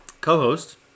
co-host